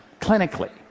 clinically